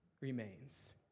remains